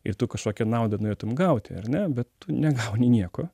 ir tu kažkokią naudą norėtum gauti ar ne bet negauni nieko